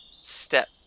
step